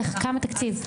כמה תקציב?